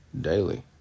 Daily